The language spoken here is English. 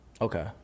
okay